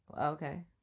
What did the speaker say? Okay